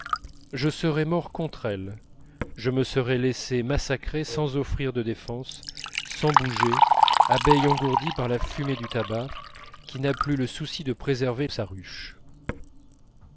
je serais mort contre elle je me serais laissé massacrer sans offrir de défense sans bouger abeille engourdie par la fumée du tabac qui n'a plus le souci de préserver sa ruche